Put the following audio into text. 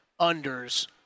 unders